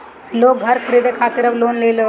लोग घर खरीदे खातिर अब लोन लेले ताटे